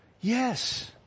Yes